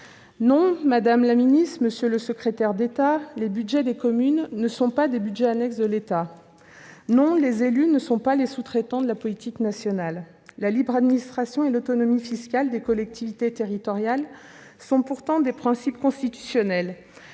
Non, madame la ministre, monsieur le secrétaire d'État, les budgets des communes ne sont pas des budgets annexes de l'État ! Non, les élus ne sont pas les sous-traitants de la politique nationale ! La libre administration et l'autonomie fiscale des collectivités territoriales sont pourtant deux principes constitutionnels.